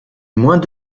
moins